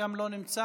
גם לא נמצא,